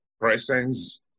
presence